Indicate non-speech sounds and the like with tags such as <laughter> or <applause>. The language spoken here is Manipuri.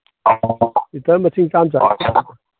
<unintelligible> ꯂꯤꯇꯔ ꯃꯁꯤꯡ ꯆꯥꯝ ꯆꯅꯤ <unintelligible>